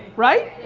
right?